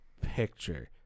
picture